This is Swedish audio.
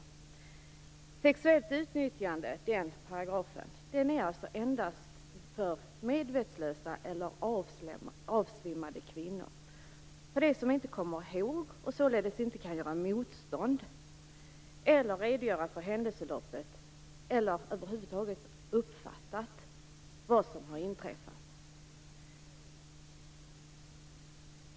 Paragrafen om sexuellt utnyttjande är alltså endast för medvetslösa eller avsvimmade kvinnor - för dem som inte kommer ihåg och således inte kan göra motstånd eller redogöra för händelseförloppet eller över huvud taget uppfatta vad som inträffar.